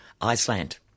Iceland